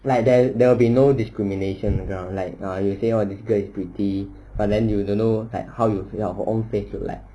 like there there will be no discrimination you know like you say this girl is pretty but then you don't know how yourself your own face look like